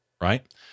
right